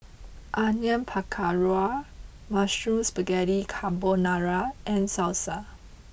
Onion Pakora Mushroom Spaghetti Carbonara and Salsa